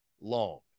long